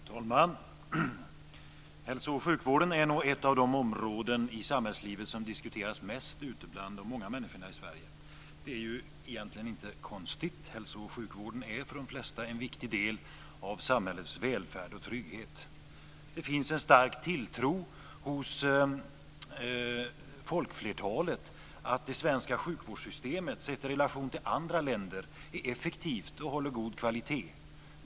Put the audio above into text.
Fru talman! Hälso och sjukvården är nog ett av de områden i samhällslivet som diskuteras mest ute bland de många människorna i Sverige och det är egentligen inte konstigt. Hälso och sjukvården är ju för de flesta en viktig del av samhällets välfärd och trygghet. Det finns en stark tilltro hos folkflertalet till att det svenska sjukvårdssystemet, sett i relation till andra länder, är effektivt och håller god kvalitet.